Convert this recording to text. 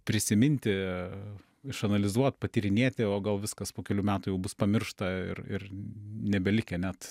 prisiminti išanalizuot patyrinėti o gal viskas po kelių metų jau bus pamiršta ir ir nebelikę net